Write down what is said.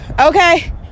Okay